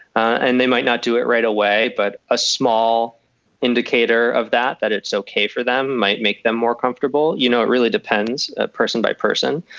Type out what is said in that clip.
and they might not do it right away. but a small indicator of that that it's ok for them might make them more comfortable. you know, it really depends person by person.